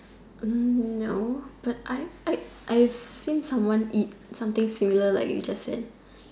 Hm no but I I I seen someone eat something similar like you just said